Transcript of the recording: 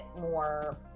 more